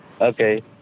Okay